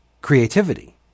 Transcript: creativity